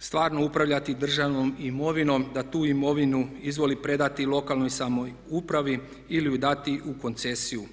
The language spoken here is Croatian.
stvarno upravljati državnom imovinom da tu imovinu izvoli predati lokalnoj samoupravi ili ju dati u koncesiju.